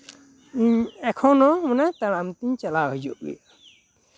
ᱤᱧ ᱮᱠᱷᱚᱱᱳ ᱢᱟᱱᱮ ᱛᱟᱲᱟᱢ ᱛᱤᱧ ᱪᱟᱞᱟᱣ ᱦᱤᱡᱩᱜ ᱜᱮᱭᱟ